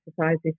exercises